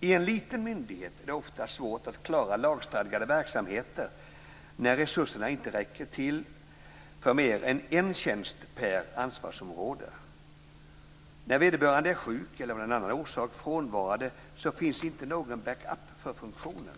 I en liten myndighet är det ofta svårt att klara lagstadgade verksamheter när resurserna inte räcker till mer än en tjänst per ansvarsområde. När vederbörande är sjuk eller av annan orsak är frånvarande finns inte någon backup för funktionen.